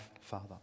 Father